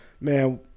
Man